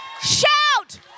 Shout